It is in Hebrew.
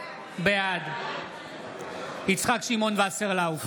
בעד יצחק שמעון וסרלאוף,